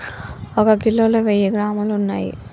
ఒక కిలోలో వెయ్యి గ్రాములు ఉన్నయ్